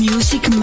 Music